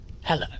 Hello